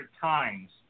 times